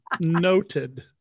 Noted